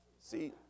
See